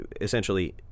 essentially